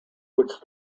which